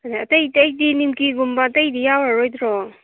ꯑꯗꯩ ꯑꯇꯩ ꯑꯇꯩꯗꯤ ꯅꯤꯝꯀꯤꯒꯨꯝꯕ ꯑꯇꯩꯗꯤ ꯌꯥꯎꯔꯔꯣꯏꯗ꯭ꯔꯣ